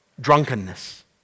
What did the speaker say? drunkenness